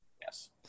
Yes